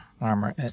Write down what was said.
armor